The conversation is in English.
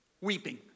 weeping